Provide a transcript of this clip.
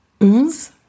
onze